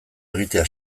egitea